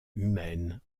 humaine